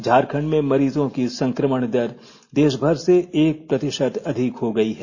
झारखंड में मरीजो की संकमण दर देशभर से एक प्रतिशत अधिक हो गयी है